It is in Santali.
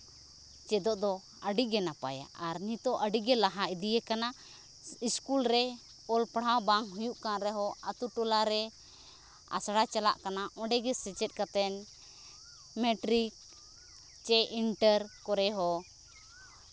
ᱪᱮᱫᱚᱜ ᱫᱚ ᱟᱹᱰᱤᱜᱮ ᱱᱟᱯᱟᱭᱟ ᱟᱨ ᱱᱤᱛᱚᱜ ᱟᱹᱰᱤᱜᱮ ᱞᱟᱦᱟ ᱤᱫᱤ ᱟᱠᱟᱱᱟ ᱥᱠᱩᱞ ᱨᱮ ᱚᱞ ᱯᱟᱲᱦᱟᱣ ᱵᱟᱝ ᱦᱩᱭᱩᱜ ᱠᱟᱱ ᱨᱮᱦᱚᱸ ᱟᱹᱛᱩ ᱴᱚᱞᱟ ᱨᱮ ᱟᱥᱲᱟ ᱪᱟᱞᱟᱜ ᱠᱟᱱᱟ ᱚᱸᱰᱮ ᱜᱮ ᱥᱮᱪᱮᱫ ᱠᱟᱛᱮᱫ ᱢᱮᱴᱨᱤᱠ ᱪᱮ ᱤᱱᱴᱟᱨ ᱠᱚᱨᱮ ᱦᱚᱸ